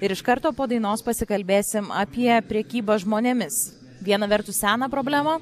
ir iš karto po dainos pasikalbėsim apie prekybą žmonėmis viena vertus seną problemą